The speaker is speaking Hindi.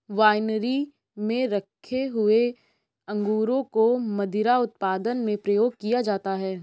वाइनरी में रखे हुए अंगूरों को मदिरा उत्पादन में प्रयोग किया जाता है